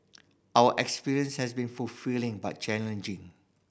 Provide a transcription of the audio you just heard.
our experience has been fulfilling but challenging